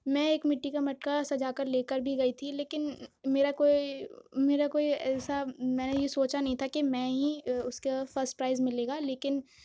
میں ایک مٹی کا مٹکا سجا کر لے کر بھی گئی تھی لیکن میرا کوئی میرا کوئی ایسا میں نے یہ سوچا نہیں تھا کہ میں ہی اس کا فسٹ پرائز ملے گا لیکن